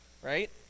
Right